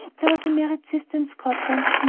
there was a married sister in scotland,